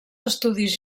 estudis